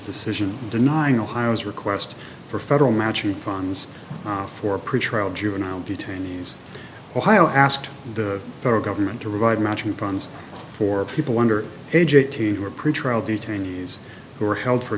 decision denying ohio's request for federal matching funds for pretrial juvenile detainees ohio asked the federal government to revive matching funds for people under age eighteen who were pretrial detainees who were held for